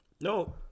No